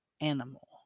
animal